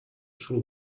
solo